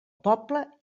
poble